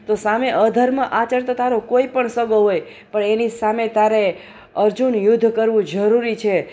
તો સામે અધર્મ આચરનારો તારો કોઈ પણ સગો હોય પણ એની સામે તારે અર્જુન યુદ્ધ કરવું જરૂરી છે